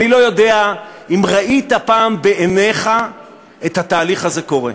אני לא יודע אם ראית פעם בעיניך את התהליך הזה קורה.